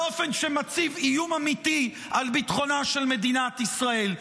באופן שמציב איום אמיתי על ביטחונה של מדינת ישראל.